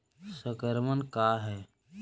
संक्रमण का है?